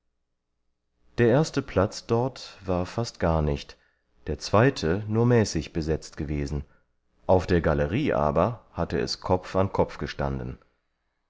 der erste platz dort war fast gar nicht der zweite nur mäßig besetzt gewesen auf der galerie aber hatte es kopf an kopf gestanden